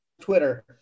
Twitter